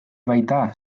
baita